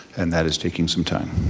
and that is taking some time.